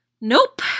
Nope